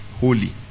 holy